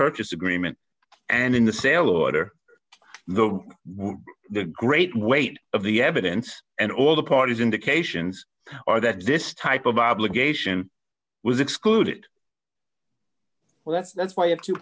purchase agreement and in the sale order the the great weight of the evidence and all the parties indications are that this type of obligation was excluded well that's that's why